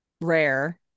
rare